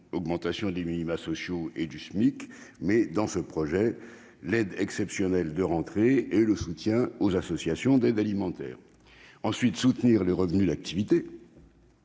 l'augmentation des minima sociaux et du SMIC et, spécifiquement dans ce texte, l'aide exceptionnelle de rentrée et le soutien aux associations d'aide alimentaire. Deuxièmement, soutenir les revenus d'activité,